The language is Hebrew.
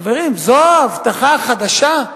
חברים, זו ההבטחה החדשה?